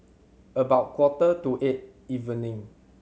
about quarter to eight evening